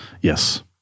Yes